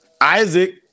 Isaac